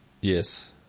Yes